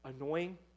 annoying